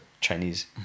chinese